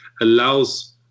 allows